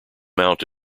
mount